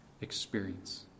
experience